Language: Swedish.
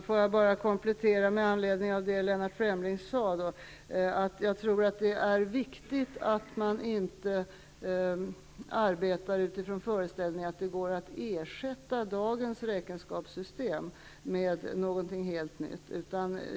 Fru talman! Låt mig bara med anledning av det som Lennart Fremling sade komplettera med att jag tror att det är viktigt att man inte arbetar utifrån föreställningen att det går att ersätta dagens räkenskapssystem med något helt nytt.